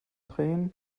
drehen